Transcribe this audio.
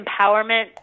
empowerment